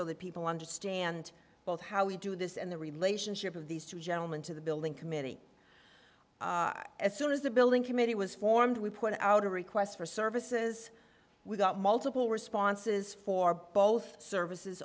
that people understand both how we do this and the relationship of these two gentlemen to the building committee as soon as the building committee was formed we put out a request for services we got multiple responses for both services